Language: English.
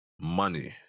money